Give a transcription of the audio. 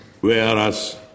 whereas